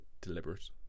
deliberate